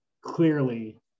clearly